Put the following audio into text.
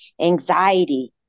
anxiety